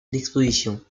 d’exposition